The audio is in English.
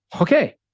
Okay